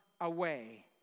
away